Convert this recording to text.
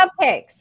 Cupcakes